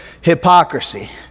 hypocrisy